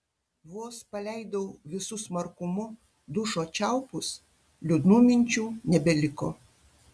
vos paleidau visu smarkumu dušo čiaupus liūdnų minčių nebeliko